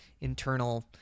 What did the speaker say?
internal